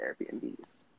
Airbnbs